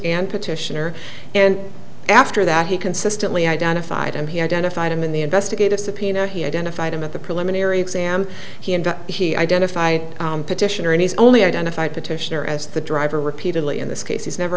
and petitioner and after that he consistently identified him he identified him in the investigative subpoena he identified him at the preliminary exam he and he identified petitioner and he's only identified petitioner as the driver repeatedly in this case he's never